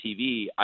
TV